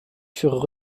furent